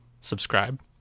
subscribe